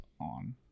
on